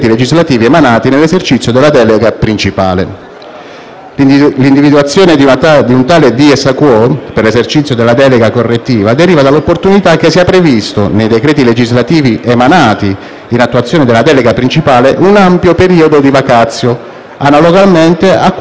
L'individuazione di un tale *dies a quo* per l'esercizio della delega correttiva deriva dall'opportunità che sia previsto, nei decreti legislativi emanati in attuazione della delega principale, un ampio periodo di *vacatio,* analogamente a quanto stabilito in occasione delle riforme strutturali e di sistema,